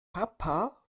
papa